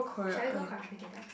shall we go korea together